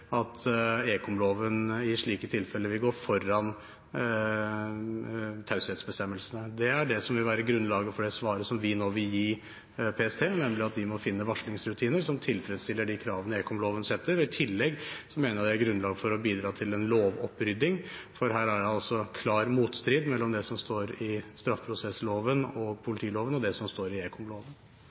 at ekomloven i slike tilfeller vil gå foran taushetsbestemmelsene. Det er det som vil være grunnlaget for det svaret som vi nå vil gi PST, nemlig at de må finne varslingsrutiner som tilfredsstiller de kravene ekomloven setter. I tillegg mener jeg det er grunnlag for å bidra til en lovopprydding, for her er det altså klar motstrid mellom det som står i straffeprosessloven og politiloven, og det som står i